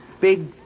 big